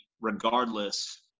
regardless